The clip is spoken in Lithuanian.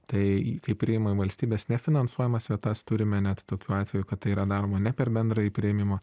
tai kai priima į valstybės nefinansuojamas vietas turime net tokių atvejų kad tai yra daroma ne per bendrąjį priėmimą